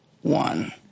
one